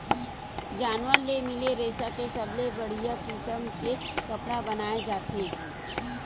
जानवर ले मिले रेसा के सबले बड़िया किसम के कपड़ा बनाए जाथे